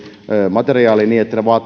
materiaaleihin